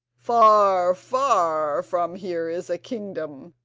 far, far from here is a kingdom,